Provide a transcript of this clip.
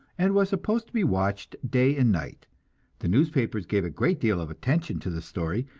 and was supposed to be watched day and night the newspapers gave a great deal of attention to the story,